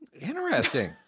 Interesting